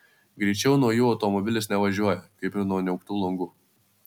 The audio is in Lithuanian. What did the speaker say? greičiau nuo jų automobilis nevažiuoja kaip ir nuo niauktų langų